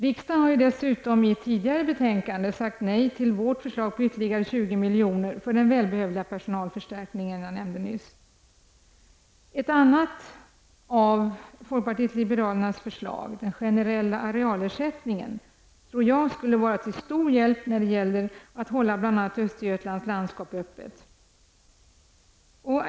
Riksdagen har dessutom i ett tidigare betänkande sagt nej till vårt förslag på ytterligare 20 miljoner för den välbehövliga personalförstärkning som jag nämnde nyss. Ett annat av folkpartiet liberalernas förslag, den generella arealersättningen, tror jag skulle vara till stor hjälp när det gäller att hålla bl.a. Östergötlands landskap öppet.